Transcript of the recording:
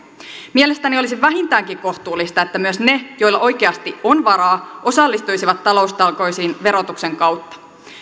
mielestäni olisi vähintäänkin kohtuullista että myös ne joilla oikeasti on varaa osallistuisivat taloustalkoisiin verotuksen kautta